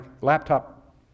laptop